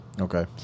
Okay